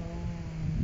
oh